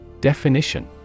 Definition